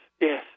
yes